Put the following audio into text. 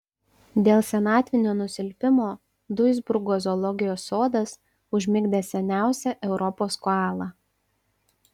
dėl senatvinio nusilpimo duisburgo zoologijos sodas užmigdė seniausią europos koalą